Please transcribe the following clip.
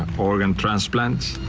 organ transplants,